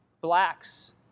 Blacks